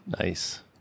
Nice